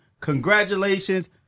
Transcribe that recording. Congratulations